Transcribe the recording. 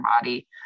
body